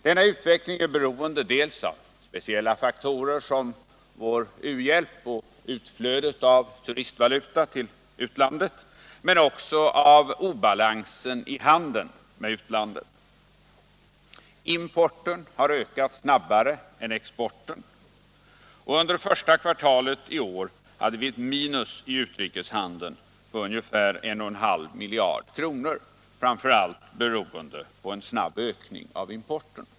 Denna utveckling är beroende dels av speciella faktorer som vår u-hjälp och utflödet av turistvaluta till utlandet, dels också av obalansen i handeln med utlandet. Importen har ökat snabbare än exporten, och under första kvartalet i år har vi ett minus i utrikeshandeln på ungefär 1,5 miljarder kronor, framför allt beroende på en snabb ökning av importen.